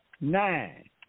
nine